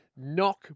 knock